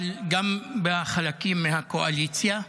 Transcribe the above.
אבל גם לא בחלקים מהקואליציה.